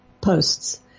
posts